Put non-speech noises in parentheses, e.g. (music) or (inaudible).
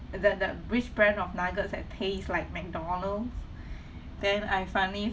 the the which brand of nuggets that taste like mcdonald's (breath) then I finally